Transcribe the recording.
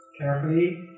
Carefully